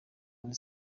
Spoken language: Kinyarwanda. muri